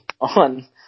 on